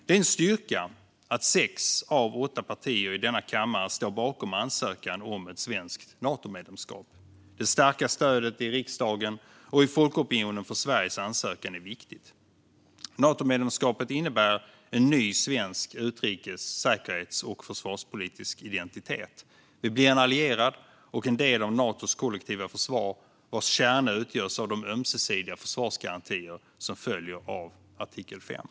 Det är en styrka att sex av åtta partier i denna kammare står bakom ansökan om ett svenskt Natomedlemskap. Det starka stödet i riksdagen och folkopinionen för Sveriges ansökan är viktigt. Natomedlemskapet innebär en ny svensk utrikes-, säkerhets och försvarspolitisk identitet. Vi blir en allierad och en del av Natos kollektiva försvar, vars kärna utgörs av de ömsesidiga försvarsgarantier som följer av artikel 5.